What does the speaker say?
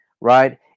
right